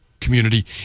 community